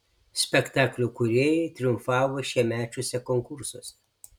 spektaklio kūrėjai triumfavo šiemečiuose konkursuose